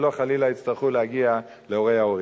ולא חלילה יצטרכו להגיע להורי ההורים.